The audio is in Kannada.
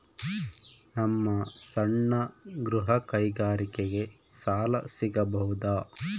ನಮ್ಮ ಸಣ್ಣ ಗೃಹ ಕೈಗಾರಿಕೆಗೆ ಸಾಲ ಸಿಗಬಹುದಾ?